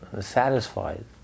satisfied